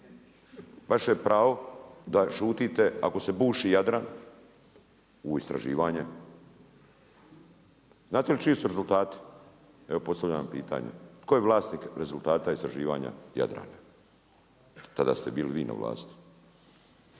Vaše je pravo da šutite ako se buši Jadran, u istraživanje. Znate li čiji su rezultati? Evo postavljam vam pitanje tko je vlasnik rezultata istraživanja Jadrana? Tada ste bili vi na vlasti.